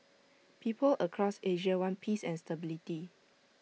people across Asia want peace and stability